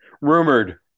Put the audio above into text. Rumored